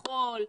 מחול,